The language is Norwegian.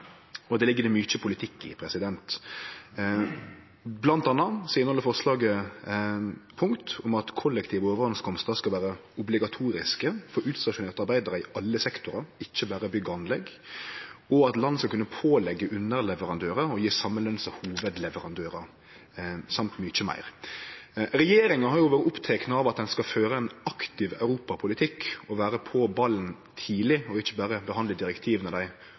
og det ligg det mykje politikk i. Blant anna inneheld forslaget punkt om at kollektive avtalar skal vere obligatoriske for utstasjonerte arbeidarar i alle sektorar, ikkje berre i bygg og anlegg, og at land skal kunne påleggje underleverandørar å gje same løn som hovudleverandørar, samt mykje meir. Regjeringa har vore oppteken av at ein skal føre ein aktiv europapolitikk og vere på ballen tidleg og ikkje berre behandle direktiva når dei